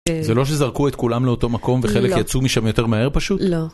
זה לא שזרקו את כולם לאותו מקום וחלק יצא משם יותר מהר פשוט? לא.